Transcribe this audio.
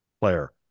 player